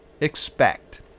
expect